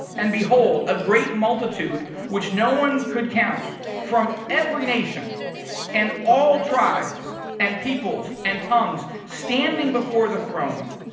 and behold a great multitude, which no one could count from every nation and all tribes and peoples and tongues standing before the throne.